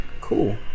Cool